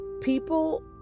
people